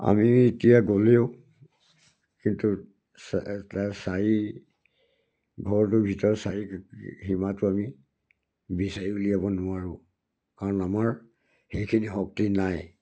আমি এতিয়া গ'লেও কিন্তু চাৰি ঘৰটোৰ ভিতৰত চাৰি সীমাটো আমি বিচাৰি উলিয়াব নোৱাৰোঁ কাৰণ আমাৰ সেইখিনি শক্তি নাই